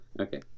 okay